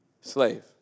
slave